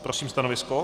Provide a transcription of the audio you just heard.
Prosím stanovisko?